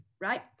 right